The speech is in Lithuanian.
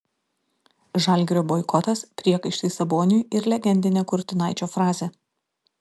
žalgirio boikotas priekaištai saboniui ir legendinė kurtinaičio frazė